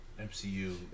MCU